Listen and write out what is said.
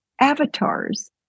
avatars